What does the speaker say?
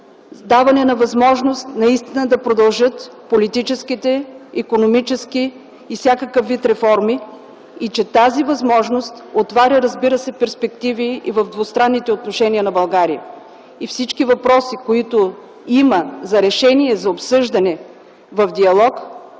даване на възможност наистина да продължат политическите, икономическите и всякакъв вид реформи и че тази възможност отваря, разбира се, перспективи и в двустранните отношения на България. И всички въпроси, които има за решение и за обсъждане в диалог,